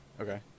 Okay